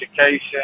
education